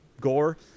gore